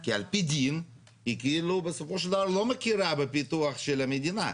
כי על פי דין היא כאילו בסופו של דבר לא מכירה בפיתוח של המדינה.